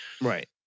Right